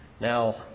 now